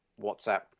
WhatsApp